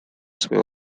свою